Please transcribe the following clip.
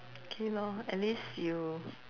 K lor at least you